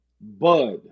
Bud